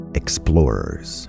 explorers